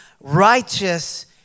righteous